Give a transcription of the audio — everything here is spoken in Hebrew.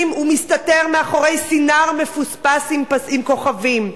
ומסתתר מאחורי סינר מפוספס עם כוכבים,